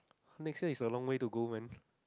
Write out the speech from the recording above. next year is a long way to go man